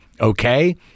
okay